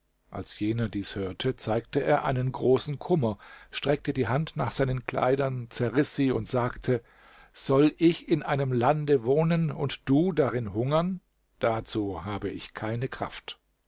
als jener dies hörte zeigte er einen großen kummer streckte die hand nach seinen kleidern zerriß sie und sagte soll ich in einem lande wohnen und du darin hungern dazu habe ich keine kraft